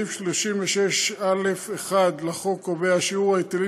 סעיף 36 (א1) לחוק קובע: "שיעור ההיטלים